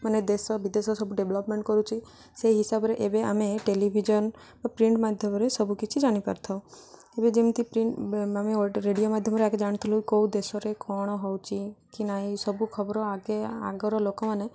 ମାନେ ଦେଶ ବିଦେଶ ସବୁ ଡେଭଲପମେଣ୍ଟ କରୁଚି ସେଇ ହିସାବରେ ଏବେ ଆମେ ଟେଲିଭିଜନ ବା ପ୍ରିଣ୍ଟ ମାଧ୍ୟମରେ ସବୁ କିିଛି ଜାଣିପାରିଥାଉ ଏବେ ଯେମିତି ପ୍ରିଣ୍ଟ ଆମେ ରେଡ଼ିଓ ମାଧ୍ୟମରେ ଆଗେ ଜାଣିଥିଲୁ କେଉଁ ଦେଶରେ କ'ଣ ହେଉଛି କି ନାଇଁ ସବୁ ଖବର ଆଗେ ଆଗର ଲୋକମାନେ